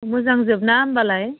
मोजांजोबना होमबालाय